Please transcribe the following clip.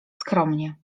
skromnie